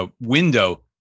window